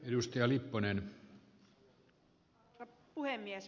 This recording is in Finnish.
arvoisa herra puhemies